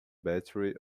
battery